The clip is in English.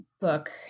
book